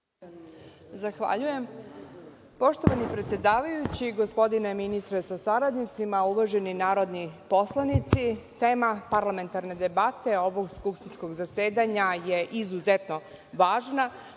Zahvaljujem. Poštovani predsedavajući, gospodine ministre sa saradnicima, uvaženi narodni poslanici, tema parlamentarne debate ovog skupštinskog zasedanja je izuzetno važna,